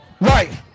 right